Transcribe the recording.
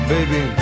Baby